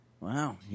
Wow